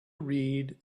read